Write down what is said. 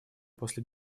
после